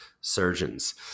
surgeons